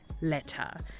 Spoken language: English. letter